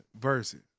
verses